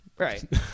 Right